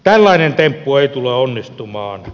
tällainen temppu ei tule onnistumaan